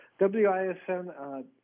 WISN